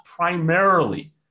primarily